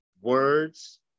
words